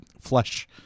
flesh